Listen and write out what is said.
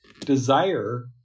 desire